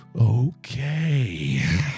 Okay